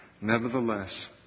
Nevertheless